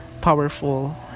powerful